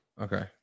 Okay